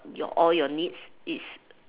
all your needs it's